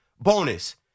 bonus